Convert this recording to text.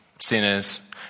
sinners